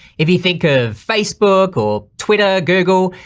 if you think of facebook or twitter, google,